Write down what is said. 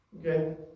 Okay